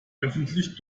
öffentlich